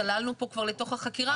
צללנו פה כבר לתוך החקירה,